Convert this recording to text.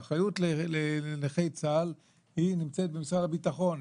האחריות לנכי צה"ל במשרד הביטחון,